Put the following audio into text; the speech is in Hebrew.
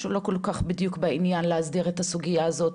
שלא כל כך בדיוק בעניין להסדיר את הסוגיה הזאת.